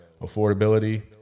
affordability